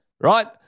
right